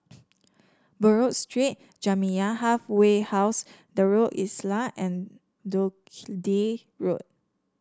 Buroh Street Jamiyah Halfway House Darul Islah and Dundee Road